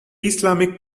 islamic